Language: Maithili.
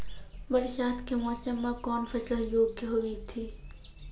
बरसात के मौसम मे कौन फसल योग्य हुई थी?